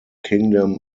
kingdom